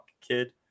kid